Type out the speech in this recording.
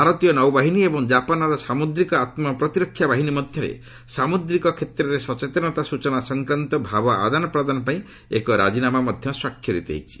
ଭାରତୀୟ ନୌବାହିନୀ ଏବଂ ଜାପାନ୍ର ସାମୁଦ୍ରିକ ଆତ୍କ ପ୍ରତିରକ୍ଷା ବାହିନୀ ମଧ୍ୟରେ ସାମୁଦ୍ରିକ କ୍ଷେତ୍ରରେ ସଚେତନତା ସୂଚନା ସଂକ୍ରାନ୍ତ ଭାବ ଆଦାନ ପ୍ରଦାନ ପାଇଁ ଏକ ରାଜିନାମା ମଧ୍ୟ ସ୍ୱାକ୍ଷରିତ ହୋଇଛି